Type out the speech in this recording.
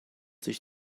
sich